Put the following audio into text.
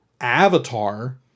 Avatar